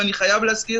ואני חייב להזכיר,